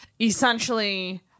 essentially